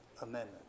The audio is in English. Amendment